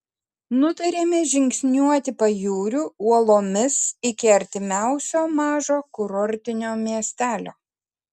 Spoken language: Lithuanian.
nutarėme žingsniuoti pajūriu uolomis iki artimiausio mažo kurortinio miestelio